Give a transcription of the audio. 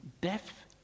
death